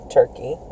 turkey